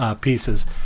Pieces